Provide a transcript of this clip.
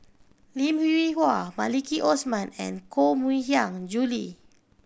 Lim Hwee Hua Maliki Osman and Koh Mui Hiang Julie